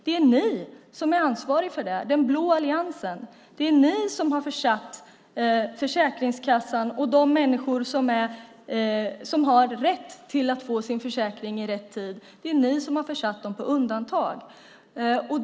Det är ni som är ansvariga för det här, den blå alliansen. Det är ni som har satt Försäkringskassan och de människor som har rätt att få sin försäkring i rätt tid på undantag.